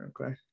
okay